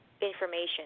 information